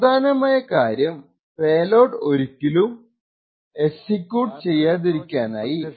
പ്രധാനമായ കാര്യം പേലോഡ് ഒരിക്കലും എക്സിക്യൂട്ട് ചെയ്യാതിരിക്കാനായി എങ്ങനെ ട്രിഗറിനെ ഒളിപ്പിക്കാം എന്നാണ്